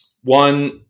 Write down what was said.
one